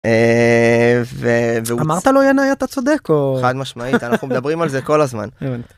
אמרת לו ינאי אתה צודק, או? חד משמעית אנחנו מדברים על זה כל הזמן.